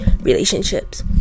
relationships